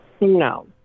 No